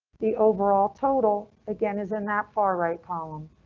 the overall total again isn't that far right column.